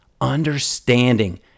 understanding